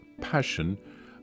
passion